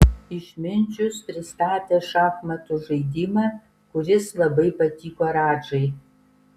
išminčius pristatė šachmatų žaidimą kuris labai patiko radžai